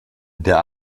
der